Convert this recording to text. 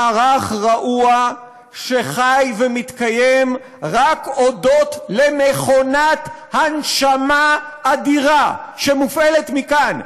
מערך רעוע שחי ומתקיים רק הודות למכונת הנשמה אדירה שמופעלת מכאן,